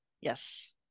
yes